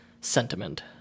sentiment